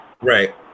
Right